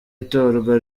itorwa